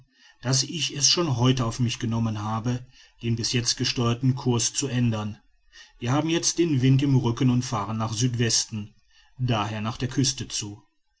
daß ich es schon auf mich genommen habe den bis jetzt gesteuerten cours zu ändern wir haben jetzt den wind im rücken und fahren nach südwesten d h nach der küste zu